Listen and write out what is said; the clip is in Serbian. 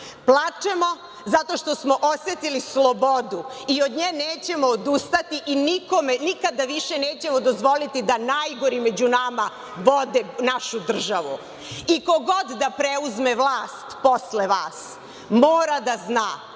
Plačemo zato što smo osetili slobodu i od nje nećemo odustati i nikome nikada više nećemo dozvoliti da najgori među nama vode našu državu. Ko god da preuzme vlast posle vas mora da zna